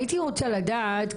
הייתי רוצה לדעת,